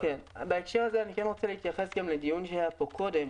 בהקשר הזה אני רוצה להתייחס לדיון שהיה פה קודם,